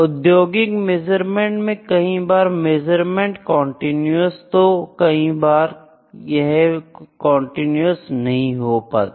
औद्योगिक मेज़रमेंट में कई बार मेजरमेंट कंटीन्यूअस तो कई बार यह कंटिन्यूज नहीं पाई जाती